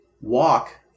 walk